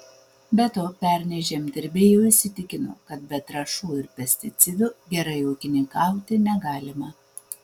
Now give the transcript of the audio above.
be to pernai žemdirbiai jau įsitikino kad be trąšų ir pesticidų gerai ūkininkauti negalima